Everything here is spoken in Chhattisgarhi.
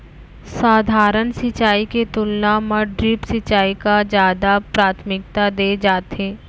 सधारन सिंचाई के तुलना मा ड्रिप सिंचाई का जादा प्राथमिकता दे जाथे